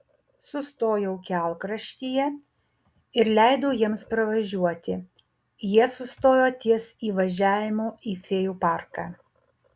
sustojau kelkraštyje ir leidau jiems pravažiuoti jie sustojo ties įvažiavimu į fėjų parką